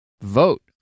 vote